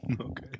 Okay